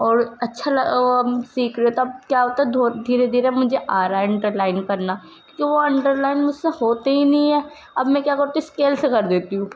اور اچّھا سیکھ رہے ہو تو آپ کیا ہوتا ہے دھیرے دھیرے مجھے آ رہا ہے انٹر لائن کرنا کیونکہ وہ انڈر لائن مجھ سے ہوتے ہی نہیں ہے اب میں کیا کرتی ہوں اسکیل سے کر دیتی ہوں